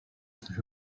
coś